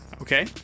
Okay